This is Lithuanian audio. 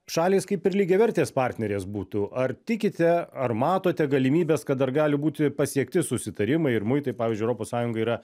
šalys kaip ir lygiavertės partnerės būtų ar tikite ar matote galimybes kad dar gali būti pasiekti susitarimai ir muitai pavyzdžiui europos sąjungai yra